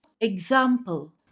Example